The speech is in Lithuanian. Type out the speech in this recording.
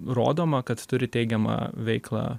rodoma kad turi teigiamą veiklą